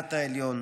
נשיאת העליון,